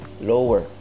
lower